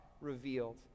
revealed